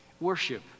worship